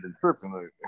tripping